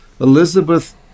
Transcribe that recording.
Elizabeth